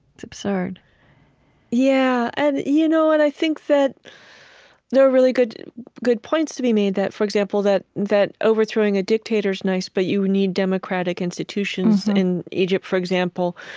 it's absurd yeah, and you know and i think that there are really good good points to be made that, for example, that that overthrowing a dictator is nice, but you need democratic institutions. in egypt, for example,